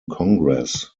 congress